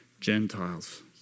Gentiles